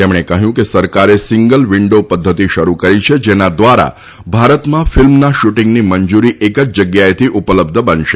તેમણે કહ્યું કે સરકારે સિંગલ વિન્ડો પદ્ધતિ શરૂ કરી છે જેના દ્વારા ભારતમાં ફિલ્મના શૂટિંગની મંજૂરી એક જ જગ્યાએથી ઉપલબ્ધ બનશે